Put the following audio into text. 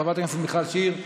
חברת הכנסת מיכל שיר,